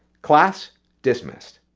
class dismissed.